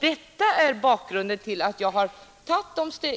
Detta är bakgrunden till att jag